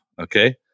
okay